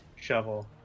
shovel